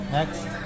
Next